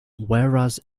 whereas